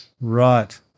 Right